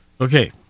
Okay